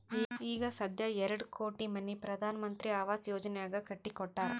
ಈಗ ಸಧ್ಯಾ ಎರಡು ಕೋಟಿ ಮನಿ ಪ್ರಧಾನ್ ಮಂತ್ರಿ ಆವಾಸ್ ಯೋಜನೆನಾಗ್ ಕಟ್ಟಿ ಕೊಟ್ಟಾರ್